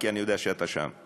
כי אני יודע שאתה שם,